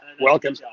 welcome